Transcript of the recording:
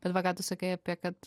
bet va ką tu sakai apie kad